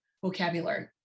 vocabulary